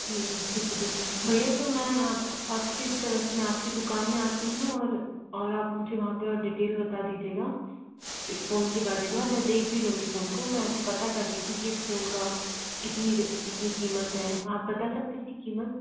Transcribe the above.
जी ठीक है फिर भैया तो मैं आप किस तरह से मैं आपकी दुकान में आती हूँ और और आप मुझे वहाँ पे और डिटेल बता दीजिएगा इस फोन के बारे में और मैं देख भी लूँगी फोन को मैं अभी पता कर रही थी कि इस फोन का कितनी कितनी कीमत है आप बता सकते है इसकी कीमत